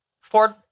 Ford